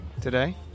today